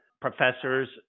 professors